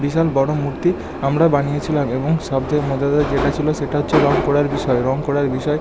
বিশাল বড়ো মূর্তি আমরা বানিয়েছিলাম এবং সব থেকে মজাদার যেটা ছিলো সেটা হচ্চে রঙ করার বিষয় রঙ করার বিষয়